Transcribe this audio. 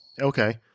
okay